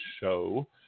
show